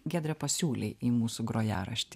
giedre pasiūlė į mūsų grojaraštį